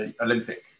Olympic